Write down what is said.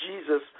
Jesus